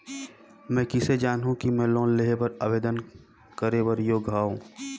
मैं किसे जानहूं कि मैं लोन लेहे बर आवेदन करे बर योग्य हंव?